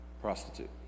Prostitute